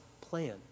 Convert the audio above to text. plan